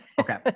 Okay